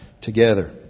together